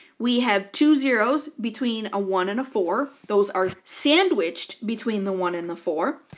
we have two zeroes between a one and a four those are sandwiched between the one and the four,